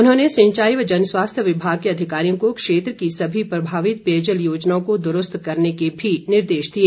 उन्होंने सिंचाई एवं जनस्वास्थ्य विभाग के अधिकारियों को क्षेत्र की सभी प्रभावित पेयजल योजनाओं को दुरूस्त के भी निर्देश दिए